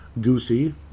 Goosey